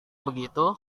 begitu